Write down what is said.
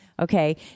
Okay